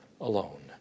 alone